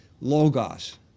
Logos